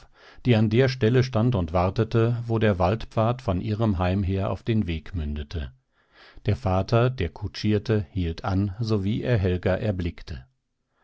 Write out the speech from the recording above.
die an der stelle stand und wartete wo der waldpfad von ihrem heim her auf den weg mündete der vater der kutschierte hielt an sowie er helga erblickte